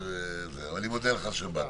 אני מודה לך שבאת.